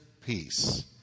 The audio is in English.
peace